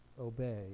obey